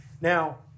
Now